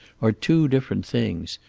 are two different things.